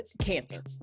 cancer